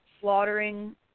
slaughtering